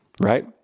Right